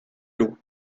l’eau